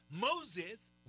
Moses